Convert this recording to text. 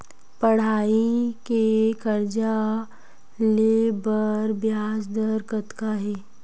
पढ़ई के कर्जा ले बर ब्याज दर कतका हे?